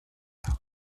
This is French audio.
armes